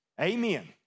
Amen